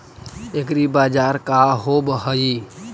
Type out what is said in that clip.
एग्रीबाजार का होव हइ?